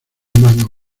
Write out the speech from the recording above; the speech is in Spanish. mano